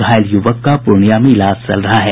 घायल य्वक का पूर्णिया में इलाज चल रहा है